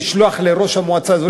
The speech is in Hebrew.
לבצע בדיקות נוספות,